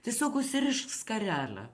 tiesiog užsiriškskarelę